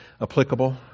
applicable